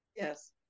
Yes